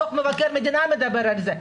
דוח מבקר המדינה מדבר על זה.